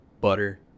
butter